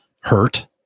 hurt